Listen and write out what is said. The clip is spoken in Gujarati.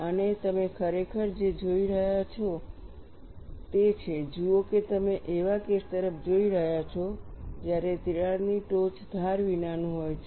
અને તમે ખરેખર જે જોઈ રહ્યા છો તે છે જુઓ કે તમે એવા કેસ તરફ જોઈ રહ્યા છો જ્યારે તિરાડની ટોચ ધાર વિનાનું હોય છે